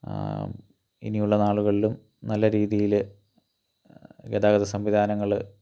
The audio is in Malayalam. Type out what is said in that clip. ഇനിയുള്ള നാളുകളിലും നല്ല രീതിയിൽ ഗതാഗത സംവിധാനങ്ങൾ